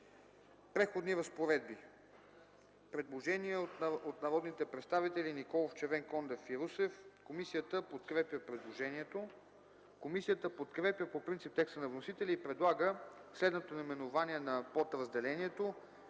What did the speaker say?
„Преходни разпоредби”. Предложение от народните представители Николов, Червенкондев и Русев. Комисията подкрепя предложението. Комисията подкрепя по принцип текста на вносителя и предлага следното наименование на подразделението